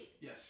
Yes